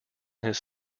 his